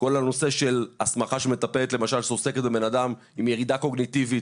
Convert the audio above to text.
למשל הסמכה של מטפלת שעוסקת בבן אדם עם ירידה קוגניטיבית,